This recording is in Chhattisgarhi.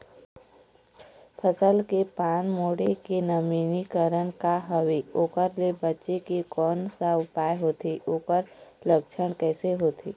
फसल के पान मुड़े के नवीनीकरण का हवे ओकर ले बचे के कोन सा उपाय होथे ओकर लक्षण कैसे होथे?